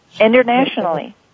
Internationally